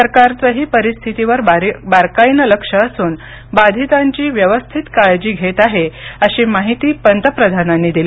सरकारचंही परिस्थितीवर बारकाईन लक्ष असून बाधितांची व्यवस्थित काळजी घेत आहे अशी माहिती पंतप्रधानांनी दिली